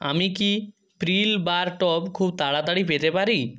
আমি কি প্রিল বার টব খুব তাড়াতাড়ি পেতে পারি